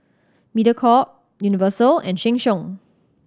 Mediacorp Universal and Sheng Siong